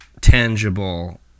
tangible